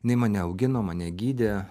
jinai mane augino mane gydė